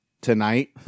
tonight